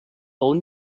own